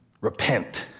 repent